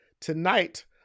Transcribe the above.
Tonight